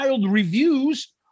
reviews